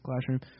classroom